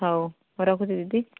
ହଉ ରଖୁଛି ଦିଦି